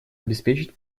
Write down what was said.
обеспечить